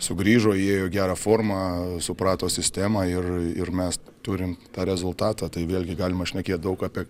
sugrįžo įėjo į gerą formą suprato sistemą ir ir mes turim tą rezultatą tai vėlgi galima šnekėt daug apie